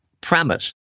premise